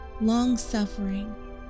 long-suffering